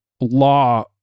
law